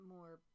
More